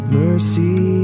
mercy